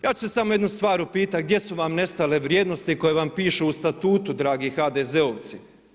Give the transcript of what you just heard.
Ja ću se samo jednu stvar upitati gdje su vam nestale vrijednosti koje vam pišu u statutu dragi HDZ-ovci.